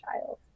child